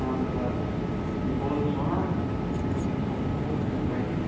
اَہَن حظ آ یہِ بہٕ اوسُس وَنان مےٚ حظ اوس اوٚترٕ بوٗٹھ نِمُت تۄہہِ نِش